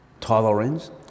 tolerance